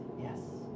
Yes